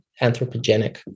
anthropogenic